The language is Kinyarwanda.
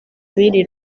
b’iri